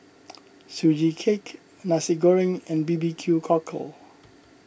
Sugee Cake Nasi Goreng and B B Q Cockle